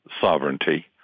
sovereignty